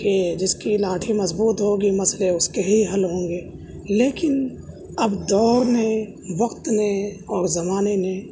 کہ جس کی لاٹھی مضبوط ہوگی مسئلے اس کے ہی حل ہوں گے لیکن اب دور نے وقت نے اور زمانے نے